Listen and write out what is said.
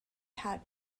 had